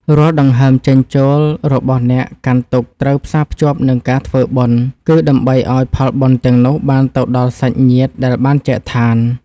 រាល់ដង្ហើមចេញចូលរបស់អ្នកកាន់ទុក្ខត្រូវផ្សារភ្ជាប់នឹងការធ្វើបុណ្យ គឺ ដើម្បីឱ្យផលបុណ្យទាំងនោះបានទៅដល់សាច់ញាតិដែលបានចែកឋាន។